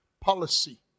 policy